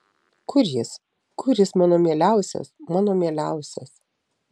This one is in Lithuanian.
kur jis kur jis mano mieliausias mano mieliausias